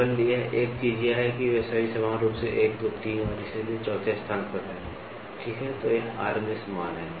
केवल एक चीज यह है कि वे सभी समान रूप से 1 2 3 और इसलिए चौथे स्थान पर हैं ठीक है यह RMS मान है